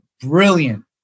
brilliant